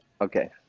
Okay